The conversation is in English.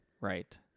Right